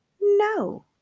no